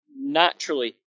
naturally